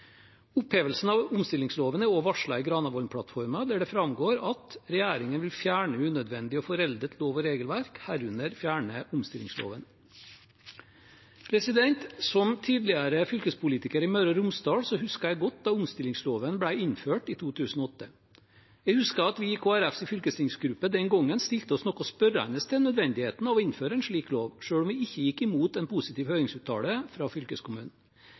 Opphevelsen av omstillingsloven er også varslet i Granavolden-plattformen, der det framgår at regjeringen vil «fjerne unødvendig og foreldet lov- og regelverk, herunder fjerne omstillingsloven». Som tidligere fylkespolitiker i Møre og Romsdal husker jeg godt da omstillingsloven ble innført i 2008. Jeg husker at vi i Kristelig Folkepartis fylkestingsgruppe den gangen stilte oss noe spørrende til nødvendigheten av å innføre en slik lov, selv om vi ikke gikk imot en positiv høringsuttalelse fra fylkeskommunen.